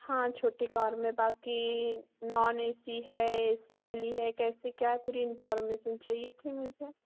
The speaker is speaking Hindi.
हाँ छोटी कार में बाकी नॉन ए सी है ए सी वाली है कैसी क्या पूरी इनफार्मेशन चाहिए थी मुझे